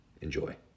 Enjoy